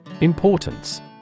Importance